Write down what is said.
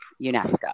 unesco